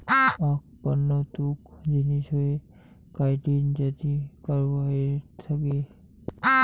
আক বন্য তুক জিনিস হসে কাইটিন যাতি কার্বোহাইড্রেট থাকি